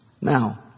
Now